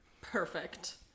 Perfect